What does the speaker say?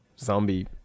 zombie